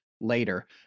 later